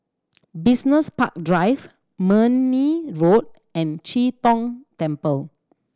Business Park Drive Marne Road and Chee Tong Temple